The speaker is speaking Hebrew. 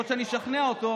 יכול להיות שאני אשכנע אותו,